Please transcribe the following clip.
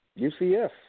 UCF